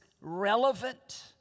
relevant